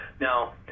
Now